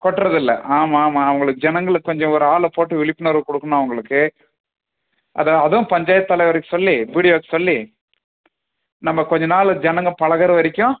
கொட்டுறதில்ல ஆமாம் ஆமாம் அவங்களுக்கு ஜனங்களுக்கு கொஞ்சம் ஒரு ஆளை போட்டு விழிப்புணர்வு கொடுக்கணும் அவங்களுக்கு அது அதான் பஞ்சாயத்தலைவருக்கு சொல்லி பிடிஓவுக்கு சொல்லி நம்ம கொஞ்சம் நாள் ஜனங்கள் பழகிற வரைக்கும்